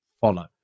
follow